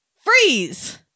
Freeze